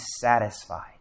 satisfied